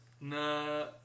no